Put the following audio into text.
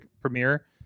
premiere